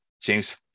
James